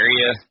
area